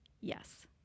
Yes